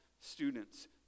students